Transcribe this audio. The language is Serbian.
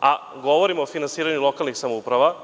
a govorim o finansiranju lokalnih samouprava,